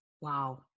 Wow